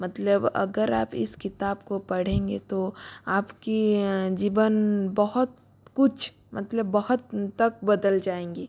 मतलब अगर आप इस किताब को पढ़ेंगे तो आपका जीवन बहुत कुछ मतलब बहुत तक बदल जाएगा